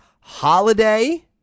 holiday